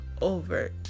over